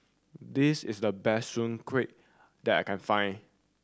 this is the best Soon Kuih that I can find